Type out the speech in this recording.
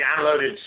downloaded